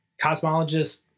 cosmologists